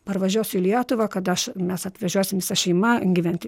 parvažiuosiu į lietuvą kad aš mes atvažiuosim visa šeima gyventi